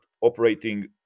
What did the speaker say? operating